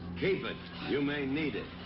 but you may need it.